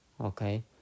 Okay